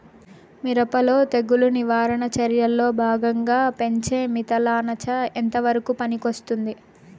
మిరప లో తెగులు నివారణ చర్యల్లో భాగంగా పెంచే మిథలానచ ఎంతవరకు పనికొస్తుంది?